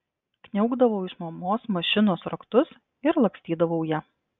kniaukdavau iš mamos mašinos raktus ir lakstydavau ja